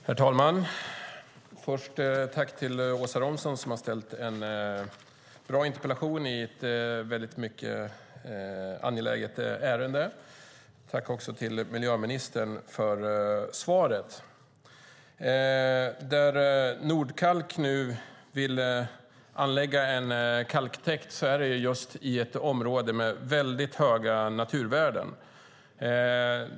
Herr talman! Tack, Åsa Romson, som har ställt en bra interpellation i ett mycket angeläget ärende! Tack, miljöministern, för svaret! Det område där Nordkalk nu vill anlägga en kalktäkt har väldigt höga naturvärden.